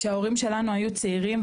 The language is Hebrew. כשההורים שלנו היו צעירים,